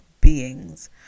beings